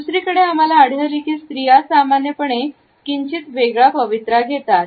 दुसरीकडे आम्हाला आढळले की स्त्रिया सामान्यपणे किंचित वेगळ्या पवित्रा घेतात